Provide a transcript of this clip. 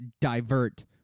divert